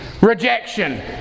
rejection